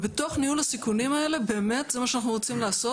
ובתוך ניהול הסיכונים האלה באמת זה מה שאנחנו רוצים לעשות?